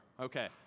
Okay